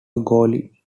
goalie